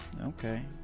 Okay